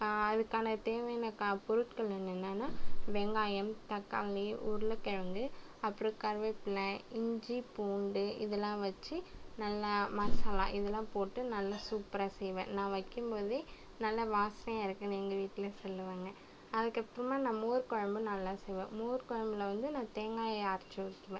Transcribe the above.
அதுக்கான தேவையான க பொருட்கள் என்னென்னனா வெங்காயம் தக்காளி உருளக்கிழங்கு அப்புறம் கருவேப்பிலை இஞ்சி பூண்டு இதெலாம் வச்சு நல்லா மசாலா இதெலாம் போட்டு நல்லா சூப்ராக செய்வேன் நான் வைக்கும் போதே நல்ல வாசனையாக இருக்குனு எங்கள் வீட்டில் சொல்லுவாங்க அதுக்கப்புறமாக நான் மோர் குழம்பு நல்லா செய்வேன் மோர் குழம்புல வந்து நான் தேங்காயை அரச்சு ஊற்றுவேன்